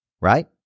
Right